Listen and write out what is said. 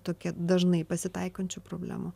tokia dažnai pasitaikančių problemų